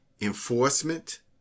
enforcement